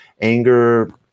Anger